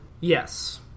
Yes